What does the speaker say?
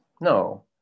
No